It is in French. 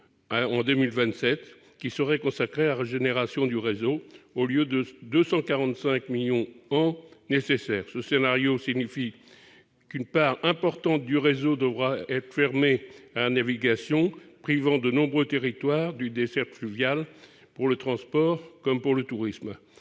au mieux, consacrés à la régénération du réseau, au lieu des 245 millions d'euros par an nécessaires. Ce scénario signifie qu'une part importante du réseau devra être fermée à la navigation, privant de nombreux territoires d'une desserte fluviale pour le transport comme pour le tourisme.